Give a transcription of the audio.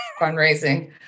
fundraising